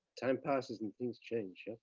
time passes and things change.